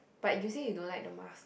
but you say you don't like the mask